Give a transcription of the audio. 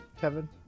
Kevin